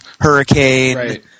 Hurricane